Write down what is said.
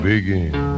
begin